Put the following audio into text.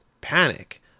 panic